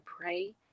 pray